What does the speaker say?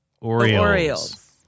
Orioles